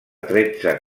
tretze